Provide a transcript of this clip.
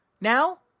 Now